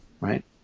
right